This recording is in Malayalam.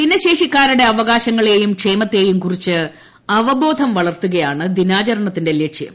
ഭിന്നശേഷിക്കാരുടെ അവകാശങ്ങളെയും ക്ഷേമത്തെയും കുറിച്ച് അവബോധം വളർത്തുകയാണ് ദിനാചരണത്തിന്റെ ലക്ഷ്യം